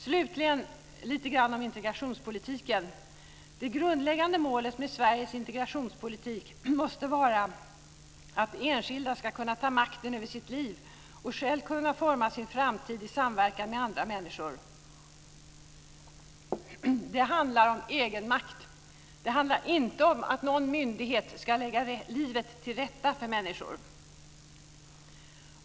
Slutligen ska jag säga lite grann om integrationspolitiken. Det grundläggande målet med Sveriges integrationspolitik måste vara att enskilda ska kunna ta makten över sitt liv och själva kunna forma sin framtid i samverkan med andra människor. Det handlar om egenmakt, inte om att någon myndighet ska lägga livet till rätta för människor.